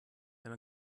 wenn